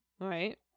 right